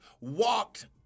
walked